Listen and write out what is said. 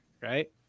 right